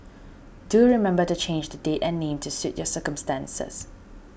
do you remember to change the D and Ling to suit your circumstances